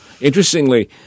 Interestingly